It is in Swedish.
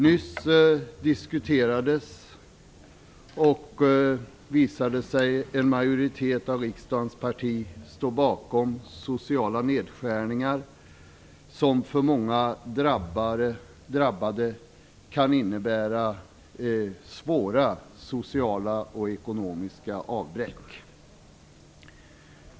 Nyss diskuterades sociala nedskärningar som en majoritet av riksdagens partier står bakom, nedskärningar som för många drabbade kan innebära svåra sociala och ekonomiska avbräck.